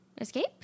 escape